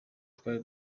twari